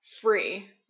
free